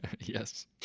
Yes